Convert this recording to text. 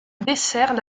dessert